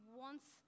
wants